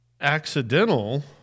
accidental